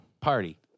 Party